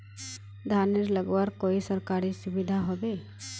धानेर लगवार तने कोई सरकारी सुविधा होबे?